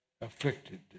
afflicted